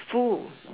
full